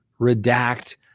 redact